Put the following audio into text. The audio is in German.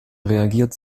reagiert